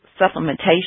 supplementation